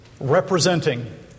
representing